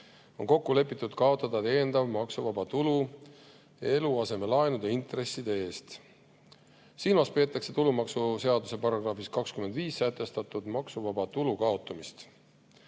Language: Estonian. on kokku lepitud, et kaotatakse täiendav maksuvaba tulu eluasemelaenude intresside eest. Silmas peetakse tulumaksuseaduse §‑s 25 sätestatud maksuvaba tulu kaotamist.